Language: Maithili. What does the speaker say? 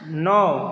नओ